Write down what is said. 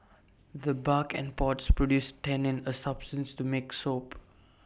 the bark and pods produce tannin A substance to make soap